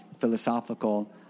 philosophical